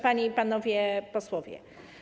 Panie i Panowie Posłowie!